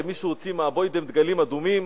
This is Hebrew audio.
ומישהו הוציא מהבוידם דגלים אדומים.